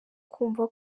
kumva